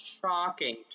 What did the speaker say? shocking